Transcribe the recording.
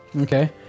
Okay